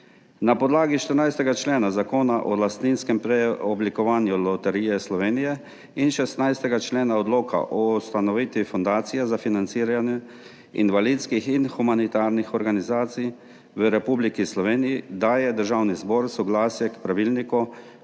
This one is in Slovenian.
Na podlagi 14. člena Zakona o lastninskem preoblikovanju Loterije Slovenije in 16. člena Odloka o ustanovitvi fundacije za financiranje invalidskih in humanitarnih organizacij v Republiki Sloveniji daje Državni zbor soglasje k pravilniku